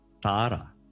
Tara